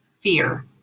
fear